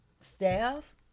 staff